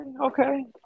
Okay